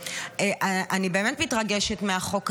אני באמת מתרגשת מהחוק הזה,